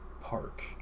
park